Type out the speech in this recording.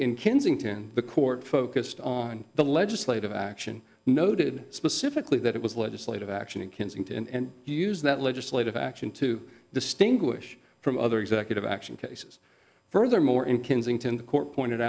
in kensington the court focused on the legislative action noted specifically that it was legislative action in kensington and he used that legislative action to distinguish from other executive action cases furthermore in kensington the court pointed